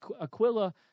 Aquila